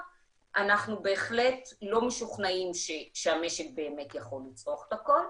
אנחנו בהחלט לא משוכנעים שהמשק באמת יכול לצרוך את הכול.